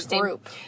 group